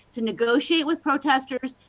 to negotiate with protesters,